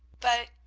but,